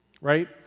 right